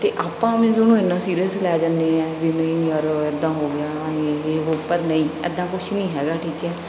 ਅਤੇ ਆਪਾਂ ਮੀਨਜ਼ ਉਹਨੂੰ ਇੰਨਾ ਸੀਰੀਜ਼ ਲੈ ਜਾਂਦੇ ਆ ਵੀ ਨਹੀਂ ਯਾਰ ਇੱਦਾਂ ਹੋ ਐਂ ਇਹ ਹੋ ਗਿਆ ਪਰ ਨਹੀਂ ਇੱਦਾਂ ਕੁਝ ਨਹੀਂ ਹੈਗਾ ਠੀਕ ਹੈ